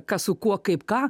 kas su kuo kaip ką